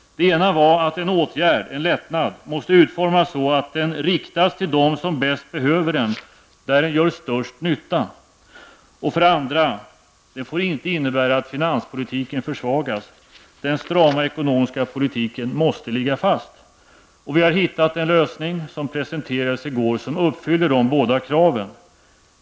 Det första kravet var att en åtgärd, en lättnad, måste utformas så att den riktas till dem som bäst behöver den, där den gör störst nytta. Det andra kravet var att den inte får innebära att finanspolitiken försvagas. Den strama ekonomiska politiken måste ligga fast. Vi har hittat en lösning som presenterades i går och som uppfyller dessa båda krav.